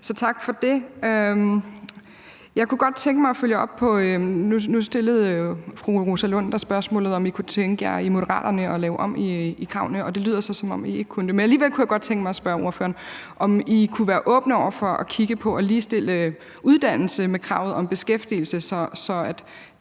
tak for det. Jeg kunne godt tænke mig at følge op på noget. Nu stillede fru Rosa Lund dig spørgsmålet, om I i Moderaterne kunne tænke jer at lave om på kravene, og det lyder så, som om I ikke kunne det. Men alligevel kunne jeg godt tænke mig at spørge ordføreren, om I kunne være åbne over for at kigge på at ligestille uddannelse med beskæftigelse i